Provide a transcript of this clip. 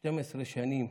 12 שנים